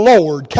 Lord